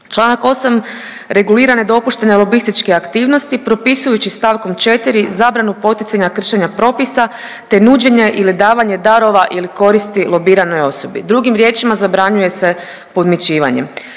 Članak 8. regulira nedopuštene lobističke aktivnosti propisujući stavkom 4. zabranu poticanja kršenja propisa te nuđenje ili davanje darova ili koristi lobiranoj osobi. Drugim riječima zabranjuje se podmićivanje.